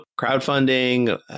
crowdfunding